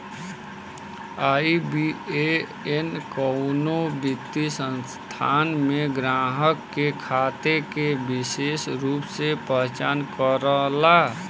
IBAN कउनो वित्तीय संस्थान में ग्राहक के खाता के विसेष रूप से पहचान करला